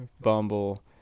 Bumble